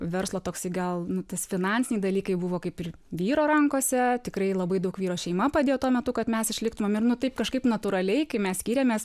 verslo toksai gal nu tas finansiniai dalykai buvo kaip ir vyro rankose tikrai labai daug vyro šeima padėjo tuo metu kad mes išliktumėm ir nu taip kažkaip natūraliai kai mes skyrėmės